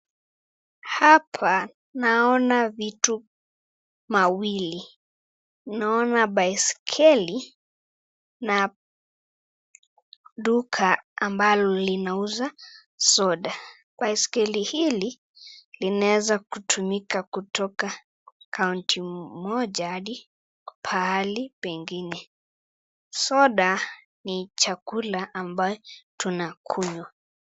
Hapa naona vitu mawili naona baskeli na duka ambalo linauza soda, Baskeli hili linaweza kutumika kutoka kaunti moja hadi pahali pengine. Soda ni chakula ambayo tunakunywa.